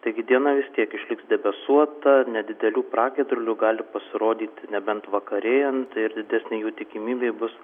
taigi diena vis tiek išliks debesuota nedidelių pragiedrulių gali pasirodyti nebent vakarėjant ir didesnė jų tikimybė bus